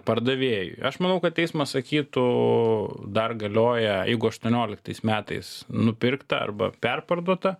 pardavėjui aš manau kad teismas sakytų dar galioja jeigu aštuonioliktais metais nupirkta arba perparduota